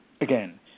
again